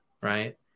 right